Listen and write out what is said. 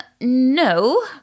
no